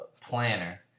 planner